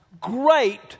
great